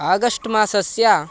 August मासस्य